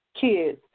kids